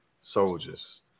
soldiers